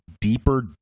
deeper